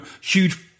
huge